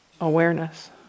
awareness